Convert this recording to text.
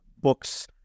books